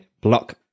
Block